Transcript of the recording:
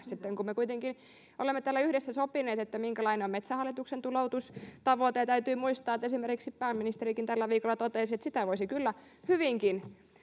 me kuitenkin olemme täällä yhdessä sopineet minkälainen on metsähallituksen tuloutustavoite ja täytyy muistaa että esimerkiksi pääministerikin tällä viikolla totesi että sitä voisi kyllä hyvinkin